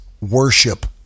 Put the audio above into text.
Worship